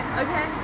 okay